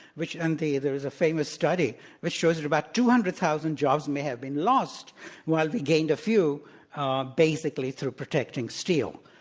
which and indeed, there was a famous study which shows that about two hundred thousand jobs may have been lost while we gained a few basically through protecting steel.